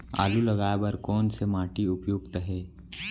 आलू लगाय बर कोन से माटी उपयुक्त हे?